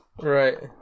Right